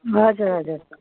हजुर हजुर